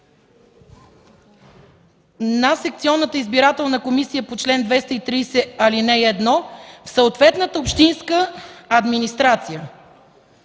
на секционната избирателна комисия по чл. 230, ал. 1 в съответната общинска администрация.